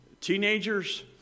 Teenagers